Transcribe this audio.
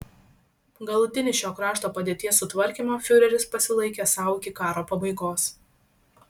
galutinį šio krašto padėties sutvarkymą fiureris pasilaikė sau iki karo pabaigos